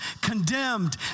condemned